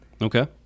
Okay